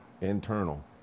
internal